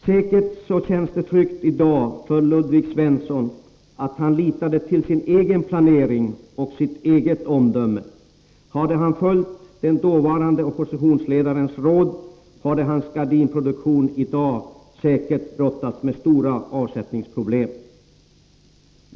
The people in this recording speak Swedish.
Säkert känns det i dag tryggt för Ludvig Svensson att han litade till sin egen planering och sitt eget omdöme. Hade han följt den dåvarande oppositionsledarens råd, hade hans gardinproduktion i dag säkert brottats med stora avsättningsproblem.